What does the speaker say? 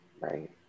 Right